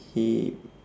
he